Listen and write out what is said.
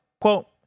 Quote